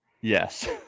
Yes